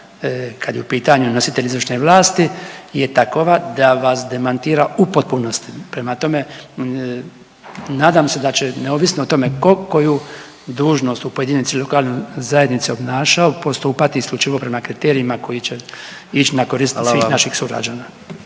kad je u pitanju nositelj izvršne vlasti je takova da vas demantira u potpunosti. Prema tome, nadam se da će neovisno o tome ko koju dužnost u pojedinoj jedinici lokalne zajednice obnašao postupati isključivo prema kriterijima koji će ić na korist…/Upadica